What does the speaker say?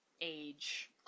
age